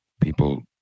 People